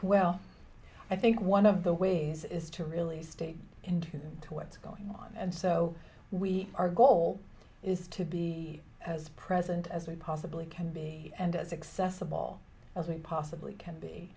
well i think one of the ways is to really stay in tune to what's going on and so we are goal is to be as present as we possibly can be and as accessible as we possibly can be